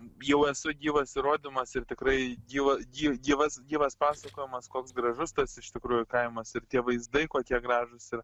jau esu gyvas įrodymas ir tikrai gyva gyvas gyvas pasakojimas koks gražus tas iš tikrųjų kaimas ir tie vaizdai kokie gražūs ir